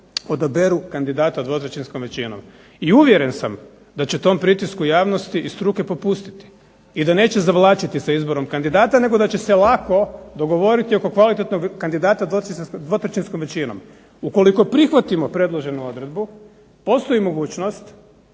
odaberu kandidata dvotrećinskom većinom. I uvjeren sam da će tom pritisku javnosti i struke popustiti i da neće zavlačiti sa izborom kandidata nego da će se lako dogovoriti oko kvalitetnog kandidata dvotrećinskom većinom. Ukoliko prihvatimo predloženu odredbu, postoji mogućnost,